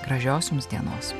gražios jums dienos